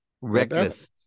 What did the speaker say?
Reckless